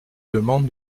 demande